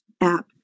app